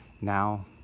now